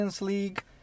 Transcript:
League